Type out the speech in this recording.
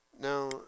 Now